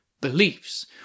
Beliefs